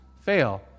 fail